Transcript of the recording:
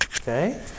okay